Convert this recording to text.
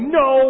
no